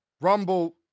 Rumble